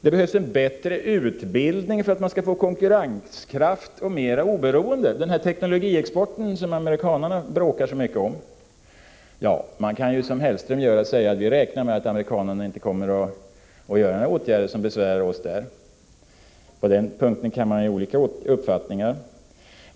Det behövs en bättre utbildning för att man skall få konkurrenskraft och mera oberoende. När det gäller den teknologiexport som amerikanarna bråkar så mycket om kan man ju, som Hellström gör, säga att vi räknar med att amerikanarna inte kommer att vidta några åtgärder som besvärar oss därvidlag. På den punkten kan det emellertid finnas olika uppfattningar.